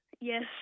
yes